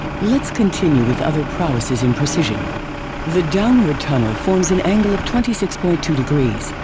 let's continue with other prowesses in precision the downward tunnel forms an angle of twenty six point two degrees.